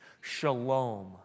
shalom